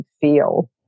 feel